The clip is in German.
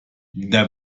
der